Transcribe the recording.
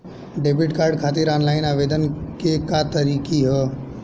Debit card खातिर online आवेदन के का तरीकि ह?